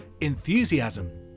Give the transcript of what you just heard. Enthusiasm